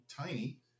tiny